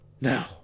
Now